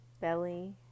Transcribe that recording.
Belly